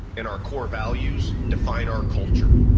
and our core values define our culture.